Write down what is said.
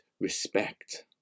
respect